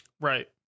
Right